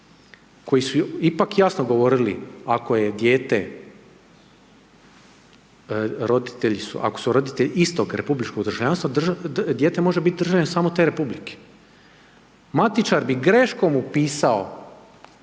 koji su ipak jasno govorili ako je dijete, ako su roditelji istog republičkog državljanstva, dijete može biti državljanin samo te republike. Matičar bi greškom upisao